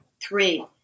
three